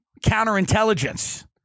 counterintelligence